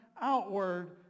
outward